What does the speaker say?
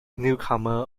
newcomer